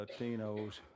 Latinos